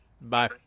Bye